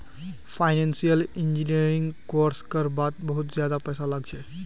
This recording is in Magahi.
फाइनेंसियल इंजीनियरिंग कोर्स कर वात बहुत ज्यादा पैसा लाग छे